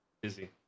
Busy